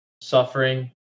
suffering